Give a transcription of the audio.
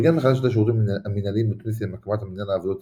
הוא ארגן מחדש את השירותים המינהליים בתוניסיה עם הקמת מנהל העבודות